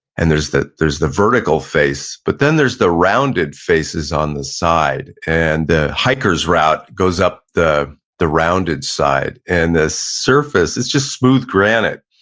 and there's the there's the vertical face but then there's the rounded faces on the side and the hikers goes up the the rounded side and the surface, it's just smooth granite,